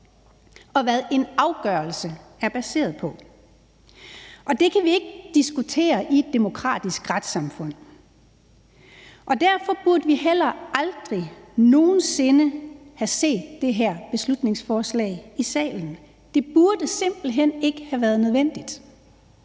og hvad en afgørelse er baseret på. Det kan vi ikke diskutere i et demokratisk retssamfund. Derfor burde vi heller aldrig nogen sinde have set det her beslutningsforslag i salen. Det burde simpelt hen ikke have været nødvendigt.